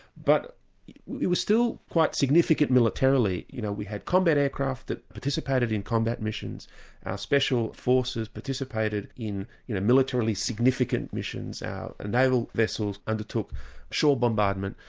but we were still quite significant militarily, you know, we had combat aircraft that participated in combat missions, our special forces participated in you know militarily significant missions, our naval vessels undertook shore bombardment.